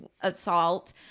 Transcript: assault